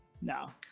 No